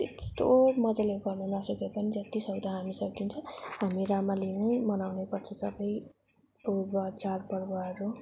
त्यस्तो मजाले गर्नु नसके पनि जति सक्दो हामी सकिन्छ हामी राम्ररीनै मनाउने गर्छौँ सबै चाडपर्वहरू